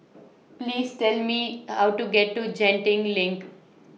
Please Tell Me How to get to Genting LINK